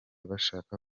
bashaka